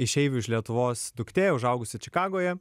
išeivių iš lietuvos duktė užaugusi čikagoje